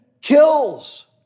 kills